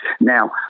Now